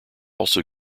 also